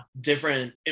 different